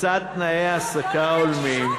לצד תנאי העסקה הולמים,